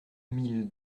mille